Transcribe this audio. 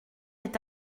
est